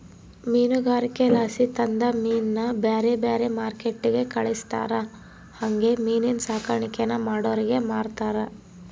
ಮೀನುಗಾರಿಕೆಲಾಸಿ ತಂದ ಮೀನ್ನ ಬ್ಯಾರೆ ಬ್ಯಾರೆ ಮಾರ್ಕೆಟ್ಟಿಗೆ ಕಳಿಸ್ತಾರ ಹಂಗೆ ಮೀನಿನ್ ಸಾಕಾಣಿಕೇನ ಮಾಡೋರಿಗೆ ಮಾರ್ತಾರ